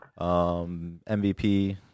MVP